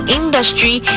industry